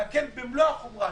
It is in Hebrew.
להעניש במלוא החומרה.